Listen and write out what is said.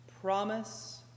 Promise